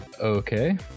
okay